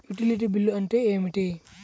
Utility bill అంటే ఏమిటి?